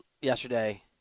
yesterday